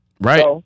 Right